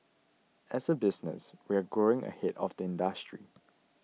as a business we're growing ahead of the industry